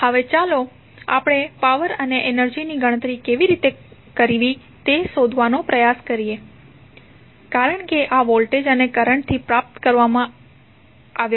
હવે ચાલો આપણે પાવર અને એનર્જી ની ગણતરી કેવી રીતે કરવી તે શોધવાનો પ્રયાસ કરીએ કારણ કે આ વોલ્ટેજ અને કરંટથી પ્રાપ્ત કરવા માં આવ્યા છે